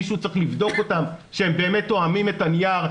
מישהו צריך לבדוק אותם שהם באמת תואמים את הנייר,